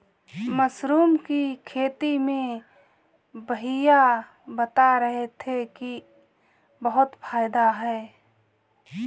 mushroom की खेती में भैया बता रहे थे कि बहुत फायदा है